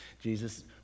Jesus